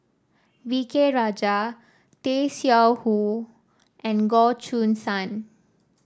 V K Rajah Tay Seow Huah and Goh Choo San